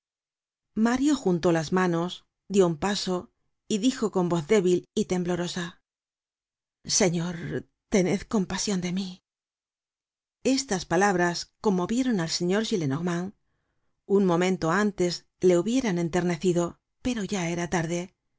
mario juntó las manos dió un paso y dijo con voz débil y temblorosa señor tened compasion de mí estas palabras conmovieron al señor gillenormand un momento antes le hubieran enternecido pero ya era tarde